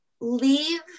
leave